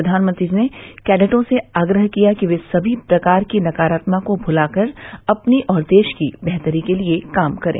प्रधानमंत्री ने कैडेटों से आग्रह किया कि वे सभी प्रकार की नकारात्मकता को भुलाकर अपनी और देश की बेहतरी के लिए काम करे